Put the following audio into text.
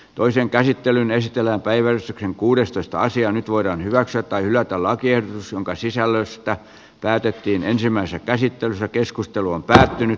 toisen käsittelyn esitellään päiväys on kuudestoista sija nyt voidaan hyväksyä tai hylätä lakiehdotus jonka sisällöstä päätettiin ensimmäisen käsittelyn keskustelu on päättynyt